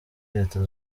leta